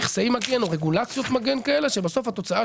יחסי מגן או רגולציות מגן כאלה שבסוף התוצאה